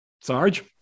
sarge